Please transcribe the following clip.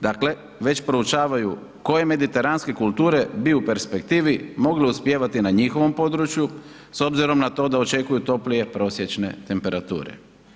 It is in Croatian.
Dakle, već proučavaju koje mediteranske kulture bi u perspektivi mogle uspijevati na njihovom području s obzirom na to da očekuju toplije prosječne temperature.